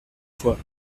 fois